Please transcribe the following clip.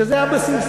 שזה הבסיס.